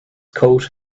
coat